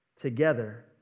Together